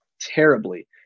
terribly